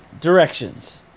Directions